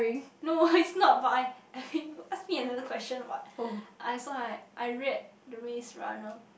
no is not but I mean you ask me another question what as long as I read the-Maze-Runner